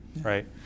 Right